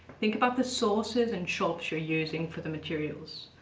think about the sources and shops you're using for the materials.